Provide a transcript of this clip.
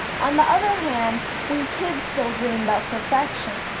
on the other hand, we kids still dream about perfection.